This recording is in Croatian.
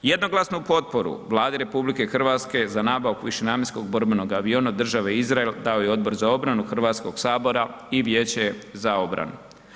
Jednoglasnu potporu Vlade RH za nabavku višenamjenskog borbenog aviona države Izrael dao je Odbor za obranu HS-a i Vijeće za obranu.